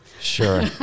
Sure